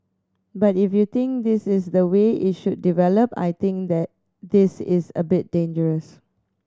but if you think this is the way it should develop I think this is a bit dangerous